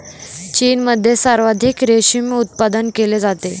चीनमध्ये सर्वाधिक रेशीम उत्पादन केले जाते